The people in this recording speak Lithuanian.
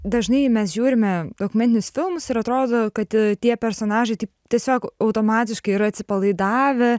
dažnai mes žiūrime dokumentinius filmus ir atrodo kad tie personažai tiesiog automatiškai yra atsipalaidavę